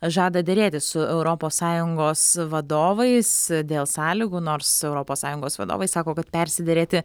žada derėtis su europos sąjungos vadovais dėl sąlygų nors europos sąjungos vadovai sako kad persiderėti